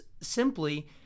simply